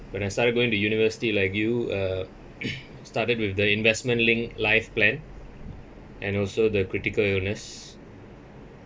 when I started going to university like you uh started with the investment linked life plan and also the critical illness